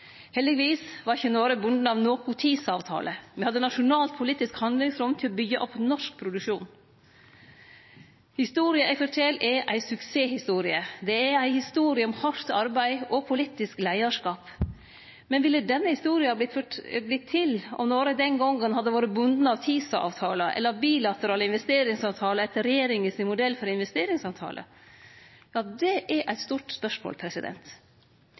Heldigvis var ikkje Noreg bunde av nokon TISA-avtale. Me hadde nasjonalt politisk handlingsrom til å byggje opp norsk produksjon. Historia eg fortel, er ei suksesshistorie. Det er ei historie om hardt arbeid og politisk leiarskap. Men ville denne historia ha vorte til om Noreg den gongen hadde vore bunde av TISA-avtalen eller av bilaterale investeringsavtalar etter regjeringa sin modell for investeringsavtalar? Det er eit stort spørsmål.